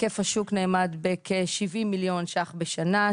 היקף השוק נאמד בכ-70 מיליון שקלים בשנה.